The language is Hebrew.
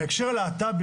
בהקשר הלהט"בי